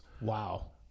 Wow